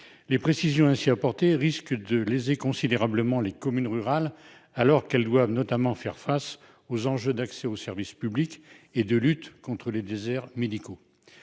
Les précisions ainsi apportées risquent de léser considérablement les communes rurales, qui doivent pourtant déjà faire face aux enjeux d'accès aux services publics et de lutte contre les déserts médicaux.